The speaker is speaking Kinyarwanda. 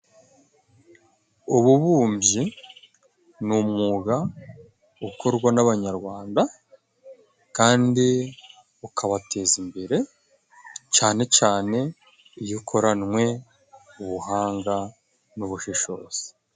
Ububumbyi ni umwuga ukorwa n'abanyarwanda, kandi ukabateza imbere cane cane iyo ukoranywe ubuhanga n'ubushishozi.